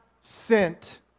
sent